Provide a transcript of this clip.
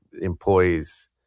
employees